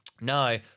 No